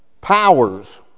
powers